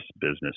business